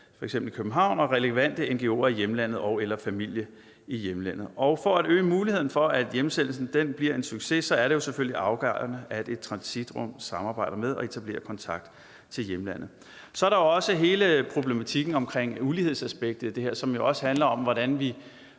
f.eks. København og relevante ngo'er i hjemlandet og/eller familie i hjemlandet. For at øge muligheden for, at hjemsendelsen bliver en succes, er det jo selvfølgelig afgørende, at et transitrum samarbejder med og etablerer kontakt til hjemlandet. Der er så også hele problematikken om ulighedsaspektet i det her, og det handler om, hvordan vi